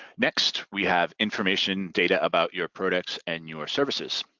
next we have information data about your products and your services.